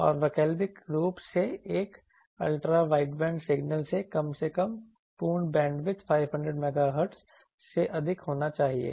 और वैकल्पिक रूप से एक अल्ट्रा वाइडबैंड सिग्नल में कम से कम पूर्ण बैंडविड्थ 500MHz से अधिक होना चाहिए